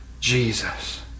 Jesus